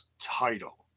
title